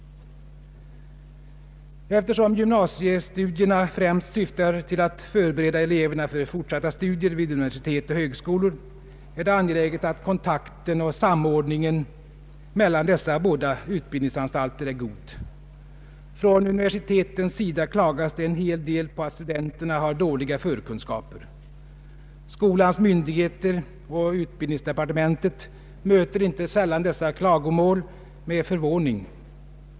Eftersom gymnasiestudierna främst syftar till att förbereda eleverna för fortsatta studier vid universitet och högskolor, är det angeläget att kontakten och samordningen mellan dessa båda utbildningsanstalter är god. Från universitetens sida klagas det en hel del på att studenterna har dåliga förkunskaper. Skolans myndigheter och utbildningsdepartementet möter inte sällan dessa klagomål med förvåning.